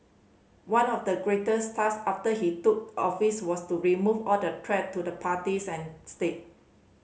one of the greatest task after he took office was to remove all threat to the parties and state